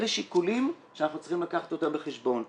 אלה שיקולים שאנחנו צריכים לקחת אותם בחשבון.